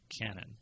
Canon